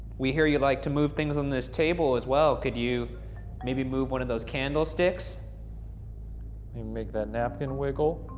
we hear you like to move things on this table as well. could you maybe move one of those candlesticks? maybe make that napkin wiggle?